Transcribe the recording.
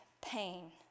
pain